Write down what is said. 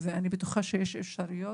ואני בטוחה שיש אפשרויות,